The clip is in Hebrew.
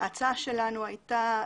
ההצעה שלנו הייתה